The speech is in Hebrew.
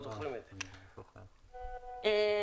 (4)טיסה החוצה את המרחב האווירי של ישראל